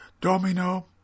domino